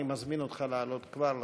אני מזמין אותך לעלות כבר לדוכן.